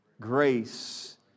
grace